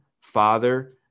father